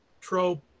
trope